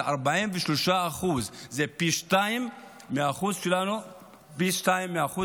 43% זה פי שניים מהאחוז שלנו בחברה,